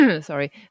sorry